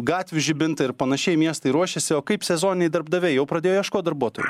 gatvių žibintai ir panašiai miestai ruošiasi o kaip sezoniniai darbdaviai jau pradėjo ieškot darbuotojų